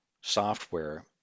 software